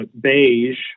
beige